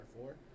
four